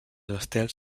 estels